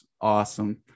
awesome